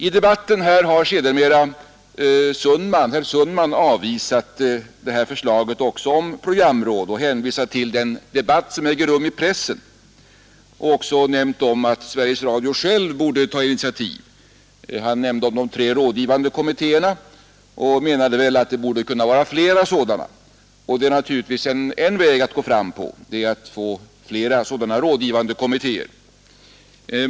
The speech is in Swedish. I debatten här har herr Sundman sedermera avvisat förslaget om programråd och hänvisat till den debatt som äger rum i pressen. Han a såg att Sveriges Radio självt borde ta initiativ. Han talade om de tre rådgivande kommittéerna och menade väl att det borde finnas flera sådana. En väg att gå fram på är naturligtvis att få flera sådana rådgivande kommittéer.